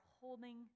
holding